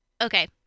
okay